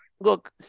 Look